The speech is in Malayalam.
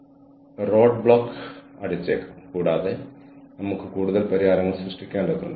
കാരണം അപ്പോൾ നമ്മൾ ഒരിക്കലും കണ്ടിട്ടില്ലാത്ത ആളുകളുമായി ബന്ധം സ്ഥാപിക്കുന്നു